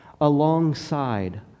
alongside